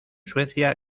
suecia